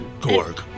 Gorg